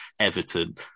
Everton